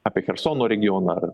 apie chersono regioną ar